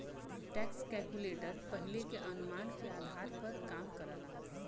tax calculator पहिले के अनुमान के आधार पर काम करला